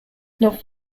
not